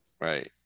Right